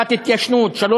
תקופת התיישנות, ג.